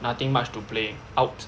nothing much to play out